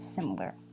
similar